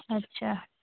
अच्छा